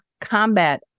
combat